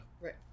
Right